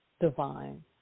divine